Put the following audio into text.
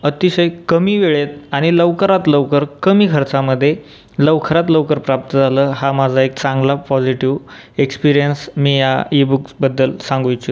अतिशय कमी वेळेत आणि लवकरात लवकर कमी खर्चामध्ये लवकरात लवकर प्राप्त झालं हा माझा एक चांगला पॉजिटिव एक्सपीरियन्स मी या ई बुक्सबद्दल सांगू इच्छि